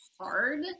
hard